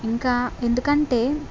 ఇంకా ఎందుకంటే